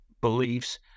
beliefs